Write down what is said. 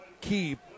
keep